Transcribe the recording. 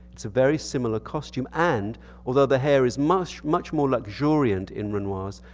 it's a very similar costume, and although the hair is much, much more luxuriant in renoir's,